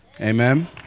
Amen